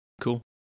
Cool